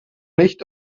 nicht